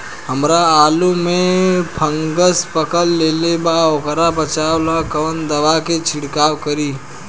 हमरा आलू में फंगस पकड़ लेले बा वोकरा बचाव ला कवन दावा के छिरकाव करी?